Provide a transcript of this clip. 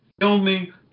Filming